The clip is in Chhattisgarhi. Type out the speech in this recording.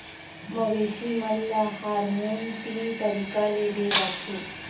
मवेसी मन ल हारमोन तीन तरीका ले दे जाथे